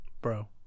bro